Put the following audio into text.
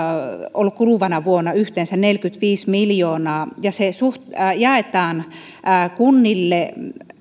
ollut kuluvana vuonna yhteensä neljäkymmentäviisi miljoonaa ja se jaetaan kunnille